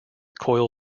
coil